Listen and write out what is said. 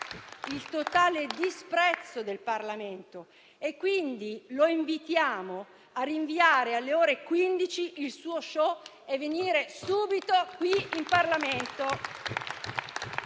il totale disprezzo del Parlamento. Quindi lo invitiamo a rinviare alle ore 15 il suo *show*, per venire subito qui, in Parlamento.